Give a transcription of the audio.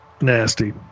nasty